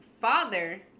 father